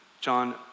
John